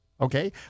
Okay